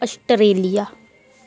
Australia